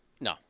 No